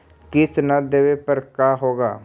किस्त न देबे पर का होगा?